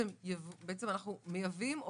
ולכן קל לי להגיד לך שאני רוצה לדבר על זה.